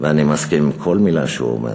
ואני מסכים לכל מילה שהוא אומר,